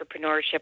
entrepreneurship